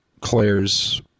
Claire's